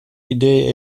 idee